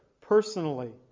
personally